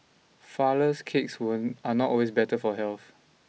flourless cakes were are not always better for health